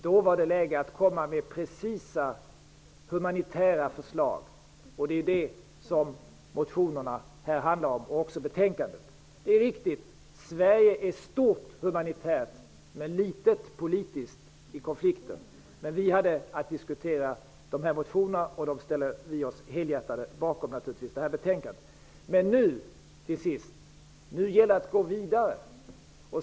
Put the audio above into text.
Då var det läge att komma med precisa humanitära förslag. Det är det som motionerna och betänkandet handlar om. Det är riktigt att Sverige är stort humanitärt men litet politiskt i konflikten. Men vi hade att diskutera motionerna, och vi ställer oss naturligtvis helhjärtat bakom betänkandet. Men nu gäller det att gå vidare.